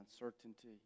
uncertainty